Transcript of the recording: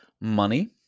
Money